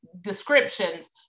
Descriptions